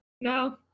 No